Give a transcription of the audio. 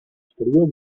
exterior